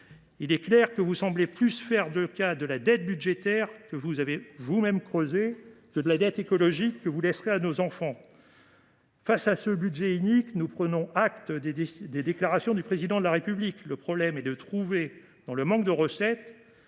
De toute évidence, vous faites plus grand cas de la dette budgétaire que vous avez vous même creusée que de la dette écologique que vous laisserez à nos enfants. Face à ce budget inique, nous prenons acte des déclarations du Président de la République : le problème réside dans le manque de recettes